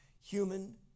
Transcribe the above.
human